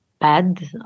bad